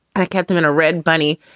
i kept them in a red bunny.